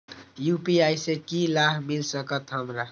UPI से की लाभ मिल सकत हमरा?